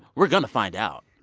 we're going to find out.